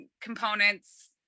components